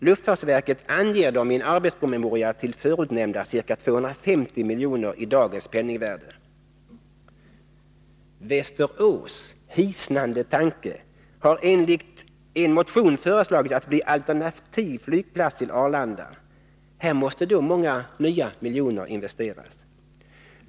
Luftfartsverket anger dem i en arbetspromemoria till förutnämnda ca 250 miljoner i dagens penningvärde! Västerås, hisnande tanke, har enligt en motion föreslagits att bli alternativ flygplats till Arlanda — här måste då många nya miljoner investeras.